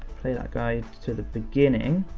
play that guy to the beginning,